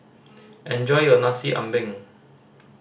enjoy your Nasi Ambeng